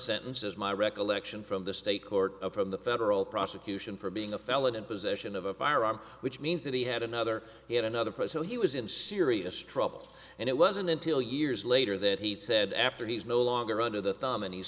sentences my recollection from the state court from the federal prosecution for being a felon in possession of a firearm which means that he had another yet another present he was in serious trouble and it wasn't until years later that he said after he's no longer under the thumb and he's